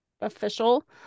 official